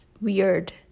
weird